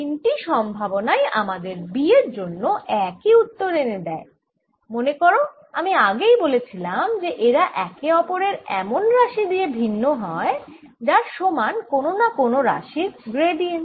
তিন টি সম্ভাবনাই আমাদের B এর জন্য একই উত্তর এনে দেয় মনে করো আমি আগেই বলেছিলাম যে এরা একে অপরের থেকে এমন রাশি দিয়ে ভিন্ন হয় যার সমান কোন না কোন রাশির গ্র্যাডিয়েন্ট